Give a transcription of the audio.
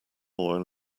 oil